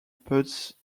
puts